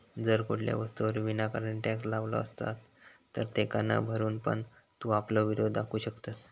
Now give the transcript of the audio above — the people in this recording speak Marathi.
जर कुठल्या वस्तूवर विनाकारण टॅक्स लावलो असात तर तेका न भरून पण तू आपलो विरोध दाखवू शकतंस